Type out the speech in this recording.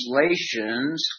translations